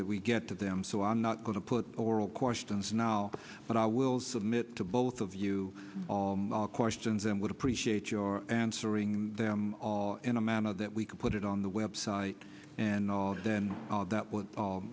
that we get to them so i'm not going to put oral questions now but i will submit to both of you all questions and would appreciate your answering them all in a memo that we can put it on the website and then that would